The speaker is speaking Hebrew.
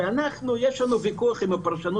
אמרתי